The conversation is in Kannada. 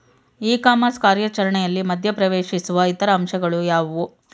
ಇ ಕಾಮರ್ಸ್ ಕಾರ್ಯಾಚರಣೆಯಲ್ಲಿ ಮಧ್ಯ ಪ್ರವೇಶಿಸುವ ಇತರ ಅಂಶಗಳು ಯಾವುವು?